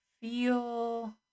feel